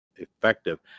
effective